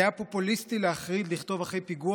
זה היה פופוליסטי להחריד לכתוב אחרי פיגוע